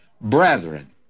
brethren